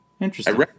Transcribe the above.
Interesting